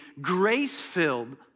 grace-filled